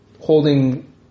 holding